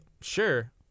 sure